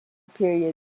period